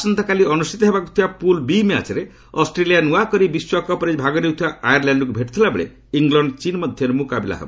ଆସନ୍ତାକାଲି ଅନୁଷ୍ଠିତ ହେବାକୁଥିବା ପୁଲ୍ ବି ମ୍ୟାଚ୍ରେ ଅଷ୍ଟ୍ରେଲିଆ ନୂଆକରି ବିଶ୍ୱକପ୍ରେ ଭାଗ ନେଉଥିବା ଆୟରଲାଣ୍ଡକୁ ଭେଟୁଥିବା ବେଳେ ଇଂଲଣ୍ଡ ଚୀନ୍ ମଧ୍ୟରେ ମୁକାବିଲା ହେବ